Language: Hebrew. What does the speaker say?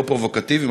לא פרובוקטיביים.